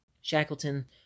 Shackleton